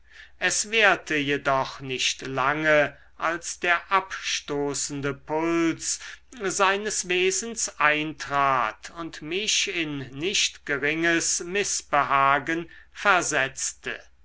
es währte jedoch nicht lange als der abstoßende puls seines wesens eintrat und mich in nicht geringes mißbehagen versetzte